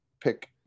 pick